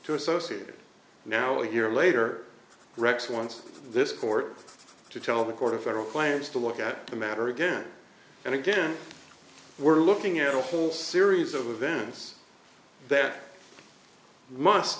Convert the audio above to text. to associate it now a year later rex wants this court to tell the court of federal claims to look at the matter again and again we're looking at a whole series of events that must